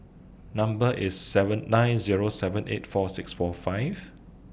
Number IS seven nine Zero seven eight four six four five